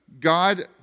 God